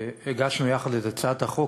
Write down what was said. הגשנו יחד את הצעת החוק,